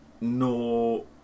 no